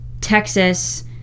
texas